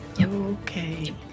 Okay